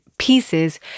pieces